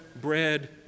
bread